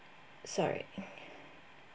sorry